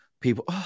people